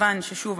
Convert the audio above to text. מכיוון ששוב,